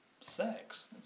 sex